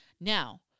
Now